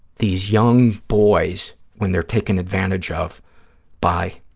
these young boys when they're taken advantage of by